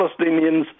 Palestinians